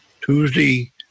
Tuesday